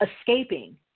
escaping